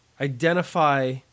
identify